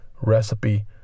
Recipe